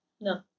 No